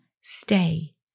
stay